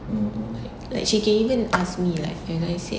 like like she can even ask me like when I said